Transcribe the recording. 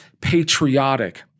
patriotic